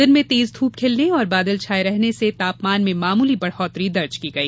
दिन में तेज धूप खिलने और बादल छाये रहने से तापमान में मामूली बढ़ौतरी दर्ज की गई